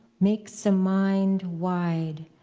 makes a mind wide.